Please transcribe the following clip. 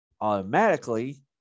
automatically